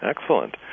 excellent